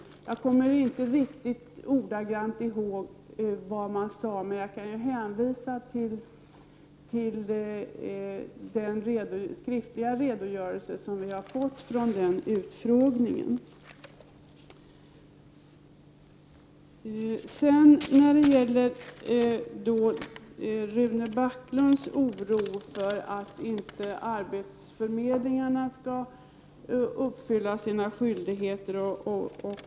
Jag kommer inte ihåg ordalydelsen, men jag kan hänvisa till den skriftliga redogörelsen för denna utfrågning. Rune Backlund var orolig för att arbetsförmedlingarna inte skall uppfylla sina skyldigheter.